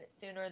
sooner